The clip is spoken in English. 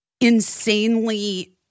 insanely